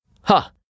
Ha